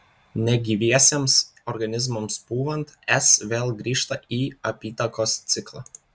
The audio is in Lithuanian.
negyviesiems organizmams pūvant s vėl grįžta į apytakos ciklą